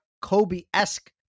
Kobe-esque